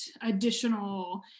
additional